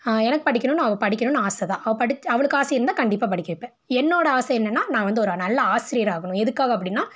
எனக்கு படிக்கணும்னு அவள் படிக்கணும்னு ஆசை தான் அவள் படித்து அவளுக்கு ஆசை இருந்தால் கண்டிப்பாக படிக்க வைப்பேன் என்னோட ஆசை என்னன்னா நா வந்து ஒரு நல்ல ஆசிரியராகணும் எதுக்காக அப்படின்னா